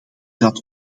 dat